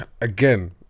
again